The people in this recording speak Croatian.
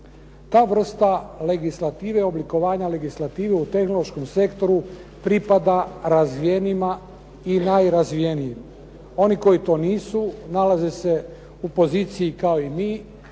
oblikovanja legislative u tehnološkom sektoru pripada razvijenima i najrazvijenijima. Oni koji to nisu nalaze se u poziciji kao i mi